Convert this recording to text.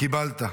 קיבלת.